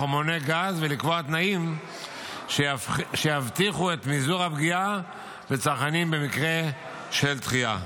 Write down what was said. גז ולקבוע תנאים שיבטיחו את מזעור הפגיעה בצרכנים במקרה של דחייה.